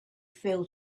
fell